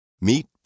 Meet